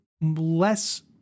less